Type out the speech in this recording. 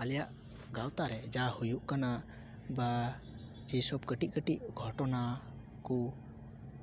ᱟᱞᱮᱭᱟᱜ ᱜᱟᱶᱛᱟ ᱨᱮ ᱡᱟ ᱦᱩᱭᱩᱜ ᱠᱟᱱᱟ ᱵᱟ ᱡᱮᱥᱚᱵ ᱠᱟᱹᱴᱤᱡ ᱠᱟᱹᱴᱤᱡ ᱜᱷᱚᱴᱚᱱᱟ ᱠᱚ